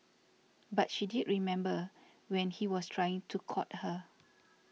but she did remember when he was trying to court her